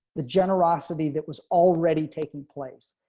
the generosity. that was already taking place.